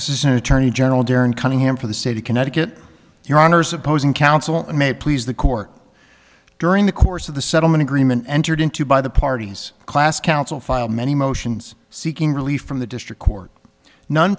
assistant attorney general baron cunningham for the state of connecticut your honour's opposing counsel and may please the court during the course of the settlement agreement entered into by the parties class counsel filed many motions seeking relief from the district court none